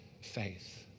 faith